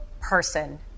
person